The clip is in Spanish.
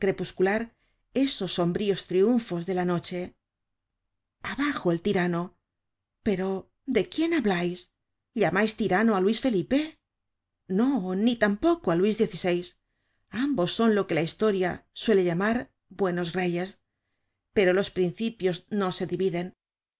crepuscular esos sombríos triunfos de la noche abajo el tirano pero de quién hablais llamais tirano á luis felipe no ni tampoco á luis xvi ambos son lo que la historia suele llamar buenos reyes pero los principios no se dividen